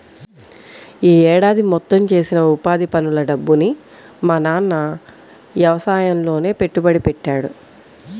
యీ ఏడాది మొత్తం చేసిన ఉపాధి పనుల డబ్బుని మా నాన్న యవసాయంలోనే పెట్టుబడి పెట్టాడు